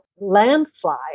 landslide